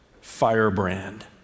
firebrand